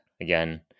again